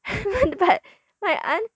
but my aunt